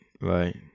right